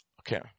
Okay